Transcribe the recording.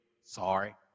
Sorry